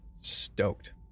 Stoked